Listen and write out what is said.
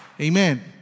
Amen